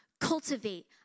cultivate